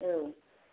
औ